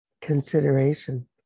consideration